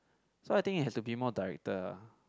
so I think there has to be more director